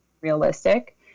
realistic